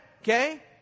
Okay